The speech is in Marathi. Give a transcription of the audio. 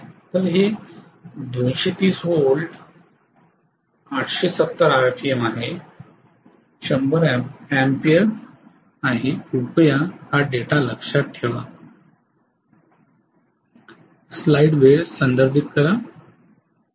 तर हे 230 व्होल्ट 870 आरपीएम आहे 100 अँपिअर कृपया डेटा लक्षात ठेवा